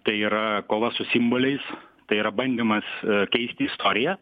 tai yra kova su simboliais tai yra bandymas keisti istoriją